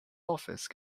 office